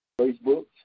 Facebook